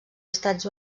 estats